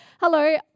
Hello